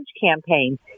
campaign